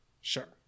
Sure